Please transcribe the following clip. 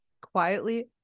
quietly